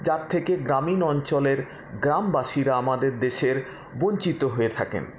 যার থেকে গ্রামীণ অঞ্চলের গ্রামবাসীরা আমাদের দেশের বঞ্চিত হয়ে থাকেন